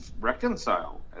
reconcile